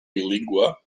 bilingüe